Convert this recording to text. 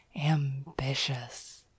ambitious